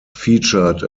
featured